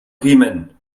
riemen